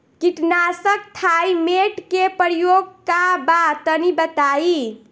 कीटनाशक थाइमेट के प्रयोग का बा तनि बताई?